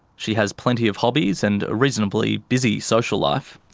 she has plenty of hobbies and a reasonably busy social life.